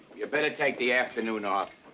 you better take the afternoon off.